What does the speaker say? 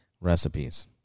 recipes